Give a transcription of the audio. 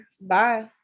Bye